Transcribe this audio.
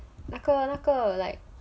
那个那个 like